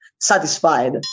satisfied